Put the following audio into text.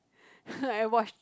and watch